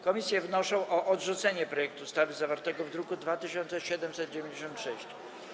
Komisje wnoszą o odrzucenie projektu ustawy zawartego w druku nr 2796.